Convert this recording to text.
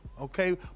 okay